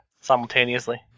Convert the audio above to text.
simultaneously